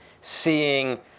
seeing